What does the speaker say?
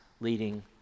leading